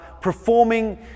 performing